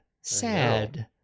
Sad